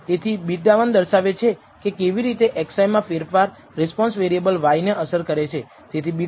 તેથી નલ પૂર્વધારણા કે જેને આપણે પરીક્ષણ કરવા માંગીએ છીએ તે β1 0 છે વિરુદ્ધ β1 0